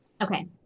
okay